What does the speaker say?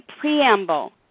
Preamble